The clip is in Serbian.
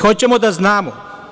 Hoćemo da znamo.